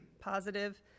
positive